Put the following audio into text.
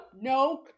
no